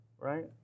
right